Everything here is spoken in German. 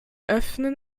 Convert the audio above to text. öffnen